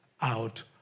out